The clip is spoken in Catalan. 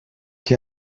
que